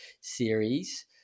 series